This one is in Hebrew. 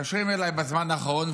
מתקשרים אליי בזמן האחרון,